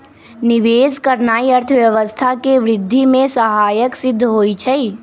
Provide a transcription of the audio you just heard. निवेश करनाइ अर्थव्यवस्था के वृद्धि में सहायक सिद्ध होइ छइ